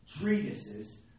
treatises